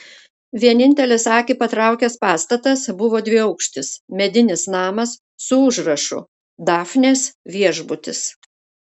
vienintelis akį patraukęs pastatas buvo dviaukštis medinis namas su užrašu dafnės viešbutis